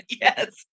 Yes